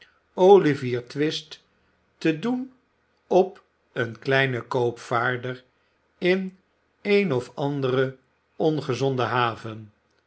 oliyier twist te doen op een kleinen koopvaarder in een of andere ongezonde haven